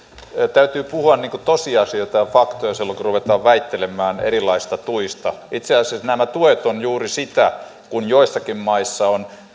täytyy puhua tosiasioita ja faktoja silloin kun ruvetaan väittelemään erilaisista tuista itse asiassa nämä tuet ovat juuri sitä kun joissakin maissa on esimerkiksi